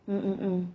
mm mm mm